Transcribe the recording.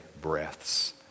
breaths